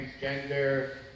transgender